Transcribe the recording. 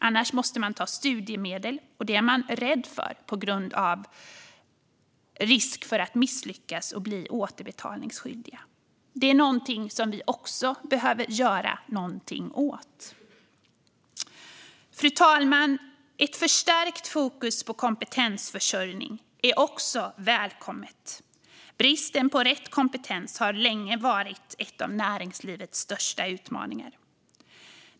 Annars måste de ta studiemedel, och det är de rädda för på grund av risk för att misslyckas och bli återbetalningsskyldiga. Detta behöver vi också göra någonting åt. Fru talman! Ett förstärkt fokus på kompetensförsörjning är också välkommet. Bristen på rätt kompetens har länge varit en av näringslivets största utmaningar.